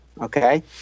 okay